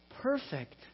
perfect